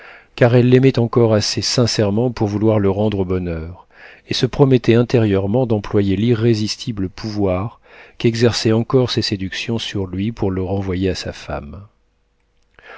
car elle l'aimait encore assez sincèrement pour vouloir le rendre au bonheur et se promettait intérieurement d'employer l'irrésistible pouvoir qu'exerçaient encore ses séductions sur lui pour le renvoyer à sa femme